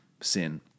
sin